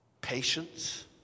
patience